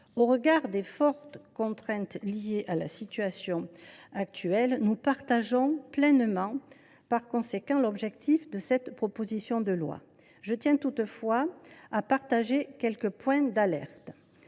Au regard des fortes contraintes liées à la situation actuelle, nous souscrivons pleinement, par conséquent, à l’objectif de cette proposition de loi. Je tiens toutefois à partager avec vous quelques points d’alerte,